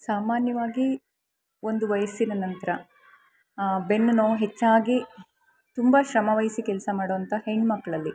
ಸಾಮಾನ್ಯವಾಗಿ ಒಂದು ವಯಸ್ಸಿನ ನಂತರ ಬೆನ್ನು ನೋವು ಹೆಚ್ಚಾಗಿ ತುಂಬ ಶ್ರಮವಹಿಸಿ ಕೆಲಸ ಮಾಡೋಂಥ ಹೆಣ್ಣುಮಕ್ಳಲ್ಲಿ